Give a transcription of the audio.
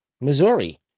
Missouri